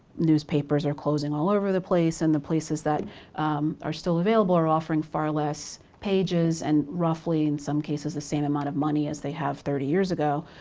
newspapers are closing all over the place. and the places that are still available are offering far less pages and roughly, in some cases, the same amount of money as they have thirty years ago.